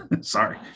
sorry